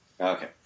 Okay